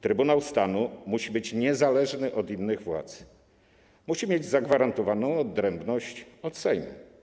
Trybunał Stanu musi być niezależny od innych władz, musi mieć zagwarantowaną odrębność od Sejmu.